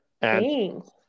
Thanks